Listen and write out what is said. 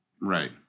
Right